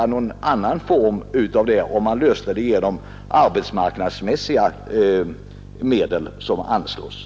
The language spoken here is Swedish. Det hela finge alltså lösas genom att medel anslogs för arbetsmarknadsmässiga åtgärder.